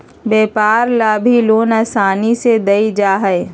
व्यापार ला भी लोन आसानी से देयल जा हई